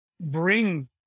bring